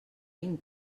vint